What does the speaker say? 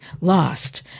lost